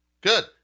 Good